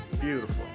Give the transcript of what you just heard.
beautiful